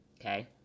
okay